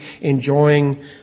enjoying